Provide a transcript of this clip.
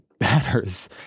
matters